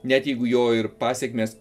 net jeigu jo ir pasekmės